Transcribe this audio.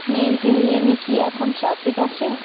maiden লেনে কি এখন ট্রাফিক আছে